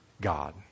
God